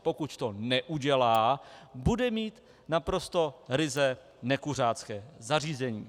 Pokud to neudělá, bude mít naprosto ryze nekuřácké zařízení.